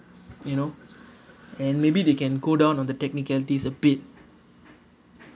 you know and maybe they can go down on the technicalities a bit